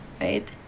right